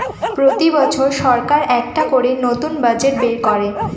প্রতি বছর সরকার একটা করে নতুন বাজেট বের করে